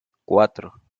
cuatro